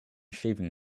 shaving